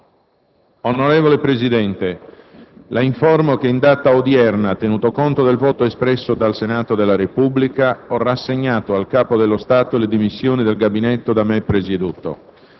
Onorevole Presidente, La informo che in data odierna, tenuto conto del voto espresso dal Senato della Repubblica, ho rassegnato al Capo dello Stato le dimissioni del Gabinetto da me presieduto.